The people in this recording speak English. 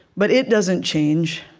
but it doesn't change.